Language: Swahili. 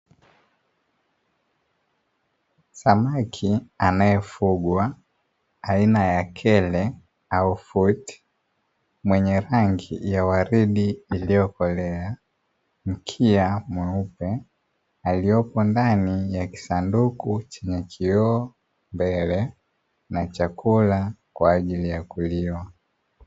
Samaki anayefugwa aina ya kele au futi mwenye rangi ya waridi iliyokolea, mkia mweupe aliyopo ndani ya kisanduku chenye kioo mbele na chakula kwa ajili ya kuliwa.